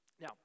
Now